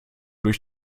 durch